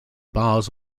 bars